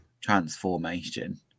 transformation